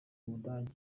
budage